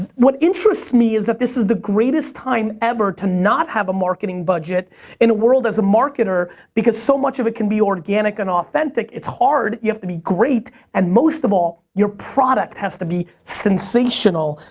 what interests me is that this is the greatest time ever to not have a marketing budget in a world as a marketer because so much of it can be organic and authentic. it's hard, you have to be great, and most of all, your product has to be sensational.